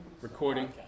recording